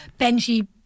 Benji